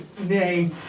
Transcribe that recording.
nay